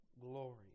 glory